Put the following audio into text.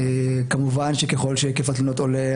כמובן ככל שהיקף התלונות עולה,